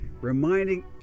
reminding